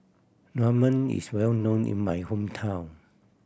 ramen is well known in my hometown